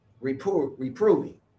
reproving